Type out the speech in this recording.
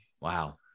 Wow